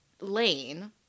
lane